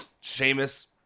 Sheamus